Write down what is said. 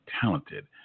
talented